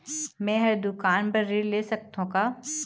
मैं हर दुकान बर ऋण ले सकथों का?